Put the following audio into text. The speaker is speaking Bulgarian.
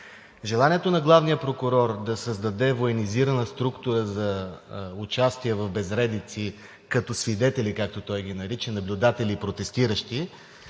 Желанието на главния прокурор да създаде военизирана структура за участие в безредици като свидетели, както той ги нарича, наблюдатели и протестиращи,